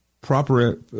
proper